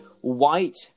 white